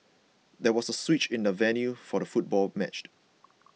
there was a switch in the venue for the football match